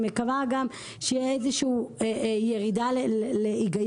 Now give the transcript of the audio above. אני מקווה גם שתהיה איזה שהיא ירידה להיגיון,